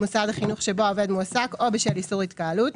מוסד החינוך שבו העובד מועסק או בשל איסור על התקהלות,